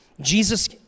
Jesus